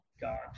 God